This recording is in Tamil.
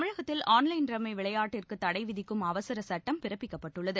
தமிழகத்தில் ஆன்வைன் ரம்மி விளையாட்டிற்கு தடை விதிக்கும் அவசர சட்டம் பிறப்பிக்கப்பட்டுள்ளது